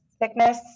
thickness